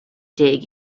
dig